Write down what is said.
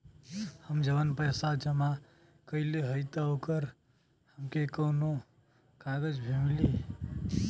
हम जवन पैसा जमा कइले हई त ओकर हमके कौनो कागज भी मिली?